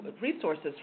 resources